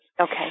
Okay